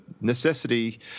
necessity